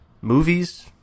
movies